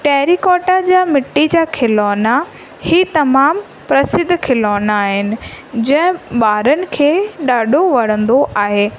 terracotta जा मिटी जा खिलौना हे तमामु प्रसिद्ध खिलौना आहिनि जे ॿारनि खे ॾाढो वणंदो आहे